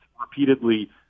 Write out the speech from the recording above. repeatedly